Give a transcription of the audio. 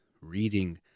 reading